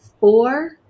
four